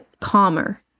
calmer